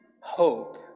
hope